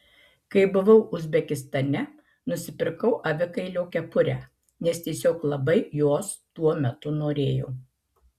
kai buvau uzbekistane nusipirkau avikailio kepurę nes tiesiog labai jos tuo metu norėjau